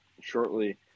shortly